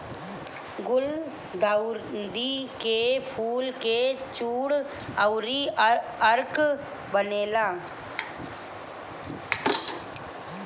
गुलदाउदी के फूल से चूर्ण अउरी अर्क बनेला